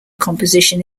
composition